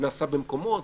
נעשה במקומות,